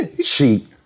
Cheap